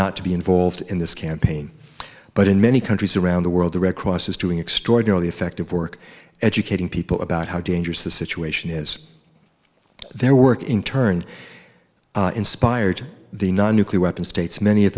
not to be involved in this campaign but in many countries around the world the red cross is doing extraordinarily effective work educating people about how dangerous the situation is their work in turn inspired the non nuclear weapon states many of